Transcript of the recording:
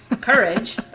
courage